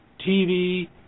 TV